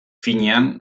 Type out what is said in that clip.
finean